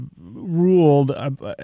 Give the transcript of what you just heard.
ruled